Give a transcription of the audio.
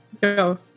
Go